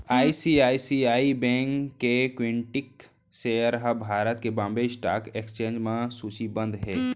ICICI bank के equity share ह भारत के बांबे स्टॉक एक्सचेंज म सूचीबद्ध हे